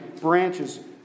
branches